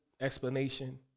explanation